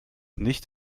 nicht